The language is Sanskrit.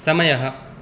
समयः